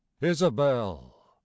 isabel